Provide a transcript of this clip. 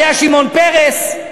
היה שמעון פרס,